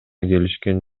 келишкен